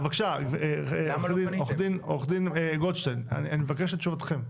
עו"ד גולדשטיין, אני מבקש את תשובתכם.